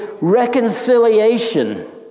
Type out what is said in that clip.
reconciliation